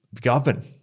govern